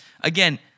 Again